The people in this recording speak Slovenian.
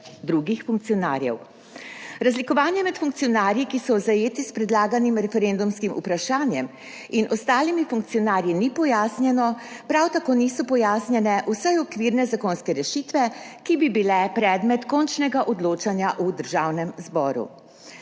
drugih funkcionarjev. Razlikovanje med funkcionarji, ki so zajeti s predlaganim referendumskim vprašanjem, in ostalimi funkcionarji ni pojasnjeno, prav tako niso pojasnjene vsaj okvirne zakonske rešitve, ki bi bile predmet končnega odločanja v Državnem zboru.